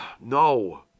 No